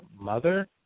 mother